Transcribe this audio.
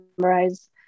memorize